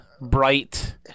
bright